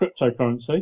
cryptocurrency